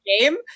game